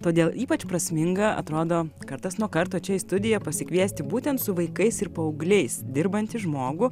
todėl ypač prasminga atrodo kartas nuo karto čia į studiją pasikviesti būtent su vaikais ir paaugliais dirbantį žmogų